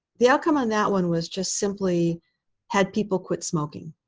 the outcome on that one was just simply had people quit smoking.